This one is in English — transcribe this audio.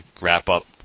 wrap-up